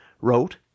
wrote